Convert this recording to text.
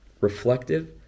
reflective